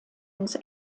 ins